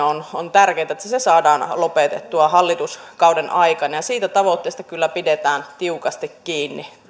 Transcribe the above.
on on tärkeätä että tämä velkaantuminen saadaan lopetettua hallituskauden aikana siitä tavoitteesta kyllä pidetään tiukasti kiinni